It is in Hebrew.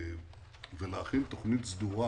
ולהכין תכנית סדורה